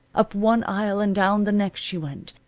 up one aisle, and down the next she went.